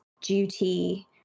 duty